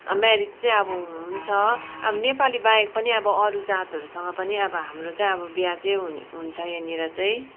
marriage चाहिँ अब हुन्छ अब नेपालीबाहेक पनि अब अरू जातहरूसँग पनि अब हाम्रो चाहिँ अब बिहा चाहिँ हुन्छ यहाँनिर चाहिँ